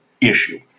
issue